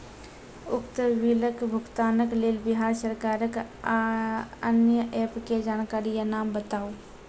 उक्त बिलक भुगतानक लेल बिहार सरकारक आअन्य एप के जानकारी या नाम बताऊ?